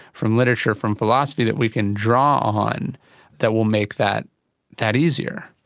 from literature, from philosophy that we can draw on that will make that that easier?